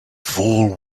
fool